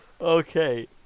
Okay